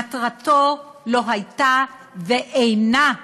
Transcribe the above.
מטרתו לא הייתה, ואינה,